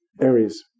Aries